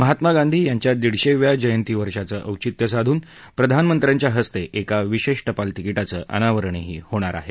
महात्मा गांधी यांच्या दीडशेव्या जयंतीवर्षांचं औचित्य साधून प्रधानमंत्र्यांच्या हस्ते एका विशेष टपाल तिकिटाचं अनावरणही होणार आहे